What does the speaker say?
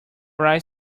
right